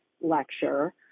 lecture